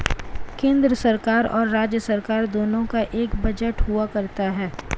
केन्द्र सरकार और राज्य सरकार दोनों का बजट हुआ करता है